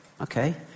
Okay